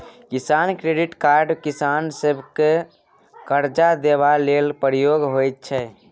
किसान credit card किसान सभकेँ करजा देबा लेल प्रयोग होइ छै